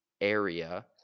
area